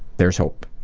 there's hope.